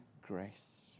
grace